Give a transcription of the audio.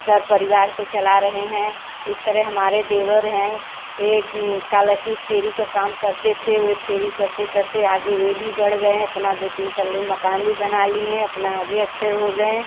घर परिवार को चला रहें हैं इस तरह हमारे देवर हैं एक कला की फेरी का काम करते थे वे फेरी करते करते आगे वे भी बढ़ गए हैं अपना दो तीन तल्ले मकान भी बना लिए हैं अपना आगे अच्छे हो गए हैं